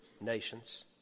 nations